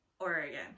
Oregon